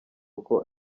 uko